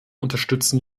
unterstützen